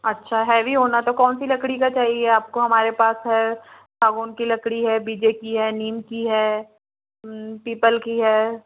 अच्छा हैवी होना तो कौन सी लकड़ी का चाहिए आपको हमारे पास है सागौन की लकड़ी है बीजे की है नीम की है पीपल की है